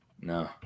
no